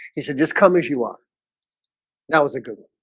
he said just come as you are that was a good